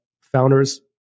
founders